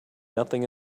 nothing